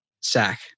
Sack